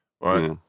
Right